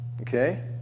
Okay